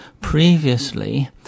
previously